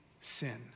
sin